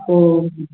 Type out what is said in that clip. ओ ह्म्